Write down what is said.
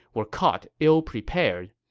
were caught ill-prepared,